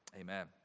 amen